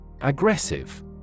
Aggressive